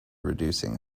reducing